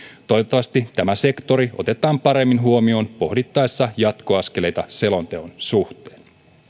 toivottavasti tämä sektori otetaan paremmin huomioon pohdittaessa jatkoaskeleita selonteon suhteen